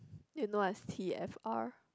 you know what's t_f_r